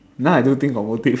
now I don't think of motive